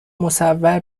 مصور